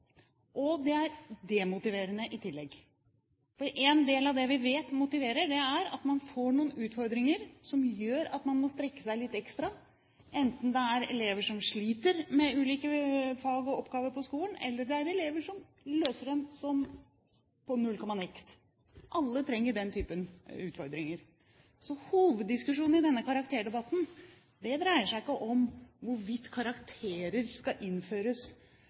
Og det er demotiverende i tillegg. Noe av det vi vet motiverer, er at man får noen utfordringer som gjør at man må strekke seg litt ekstra, enten det er elever som sliter med ulike fag og oppgaver på skolen, eller det er elever som løser dem på null komma niks. Alle trenger den typen utfordringer. Hoveddiskusjonen i denne karakterdebatten dreier seg ikke om hvorvidt karakterer skal innføres